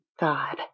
God